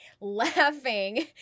laughing